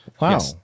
Wow